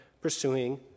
pursuing